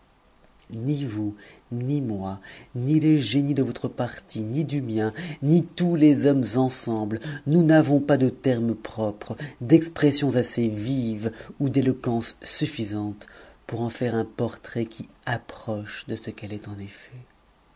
ni vous ni moi ni ic génies de votre parti ni du mien ni tous njjx'm cnseu'mc nous n'avons p ts de ict'mcs propt'cs d'expressions m vives ou d'éloquence suffisante pour en faire un portrait qui approche de ce qu'elle est en effet